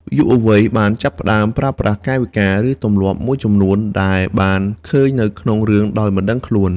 យុវវ័យបានចាប់ផ្តើមប្រើប្រាស់កាយវិការ ឬទម្លាប់មួយចំនួនដែលបានឃើញនៅក្នុងរឿងដោយមិនដឹងខ្លួន។